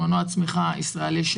שהם מנוע צמיחה ישראלי,